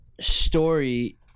story